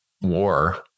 war